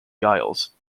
giles